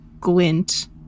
glint